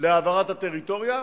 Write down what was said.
להעברת הטריטוריה,